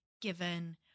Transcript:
given